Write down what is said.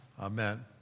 Amen